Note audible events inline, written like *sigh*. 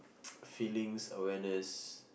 *noise* feelings awareness